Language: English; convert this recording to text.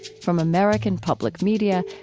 from american public media,